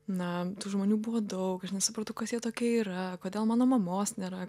na tų žmonių buvo daug aš nesupratau kas jie tokie yra kodėl mano mamos nėra